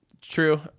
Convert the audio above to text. True